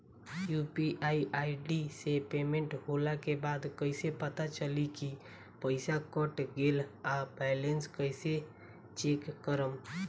UPI ID से payment होला के बाद कइसे पता चली की पईसा कट गएल आ बैलेंस कइसे चेक करम?